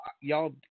y'all